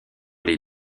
les